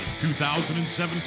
2017